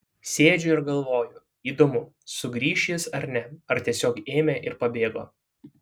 sėdžiu ir galvoju įdomu sugrįš jis ar ne ar tiesiog ėmė ir pabėgo